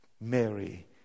Mary